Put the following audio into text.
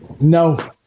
No